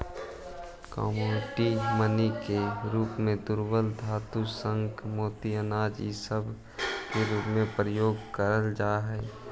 commodity money के रूप में दुर्लभ धातु शंख मोती अनाज इ सब के उपयोग कईल जा हई